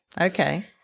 Okay